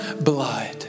blood